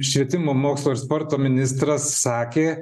švietimo mokslo ir sporto ministras sakė